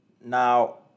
Now